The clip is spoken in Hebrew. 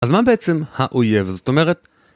אז מה בעצם האויב, זאת אומרת?